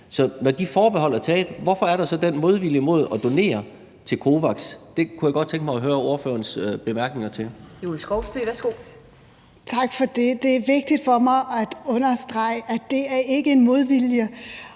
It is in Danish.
Så når de forbehold er taget, hvorfor er der så den modvilje mod at donere til COVAX? Det kunne jeg godt tænke mig at høre ordførerens bemærkninger til. Kl. 16:55 Den fg. formand (Annette Lind): Julie Skovsby,